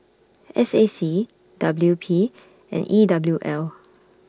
S A C W P and E W L